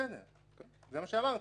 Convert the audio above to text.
זה מה שאמרתי.